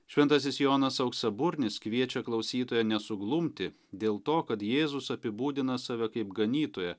šventasis jonas auksaburnis kviečia klausytoją nesuglumti dėl to kad jėzus apibūdina save kaip ganytoją